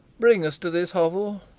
bring us to this hovel.